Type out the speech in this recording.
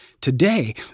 today